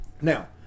Now